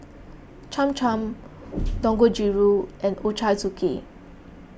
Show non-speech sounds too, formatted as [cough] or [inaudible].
Cham Cham [noise] Dangojiru and Ochazuke